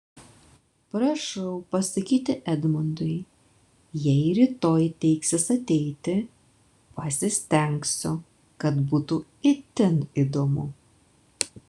prašau pasakyti edmundui jei rytoj teiksis ateiti pasistengsiu kad būtų itin įdomu